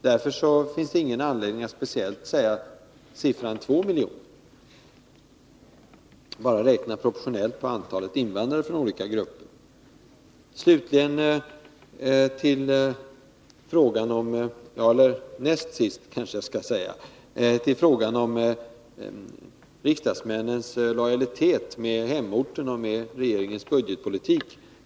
Därför finns det ingen anledning att speciellt nämna beloppet 2 miljoner, dvs. att räkna proportionellt efter antalet invandrare från olika grupper. Så till frågan om riksdagsmännens lojalitet mot hemorten och mot regeringens budgetpolitik.